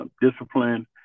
discipline